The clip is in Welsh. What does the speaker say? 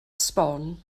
sbon